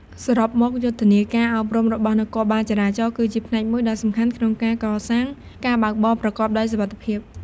សរុបមក យុទ្ធនាការអប់រំរបស់នគរបាលចរាចរណ៍គឺជាផ្នែកមួយដ៏សំខាន់ក្នុងការកសាងការបើកបរប្រកបដោយសុវត្ថិភាព។